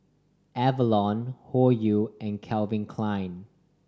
Avalon Hoyu and Calvin Klein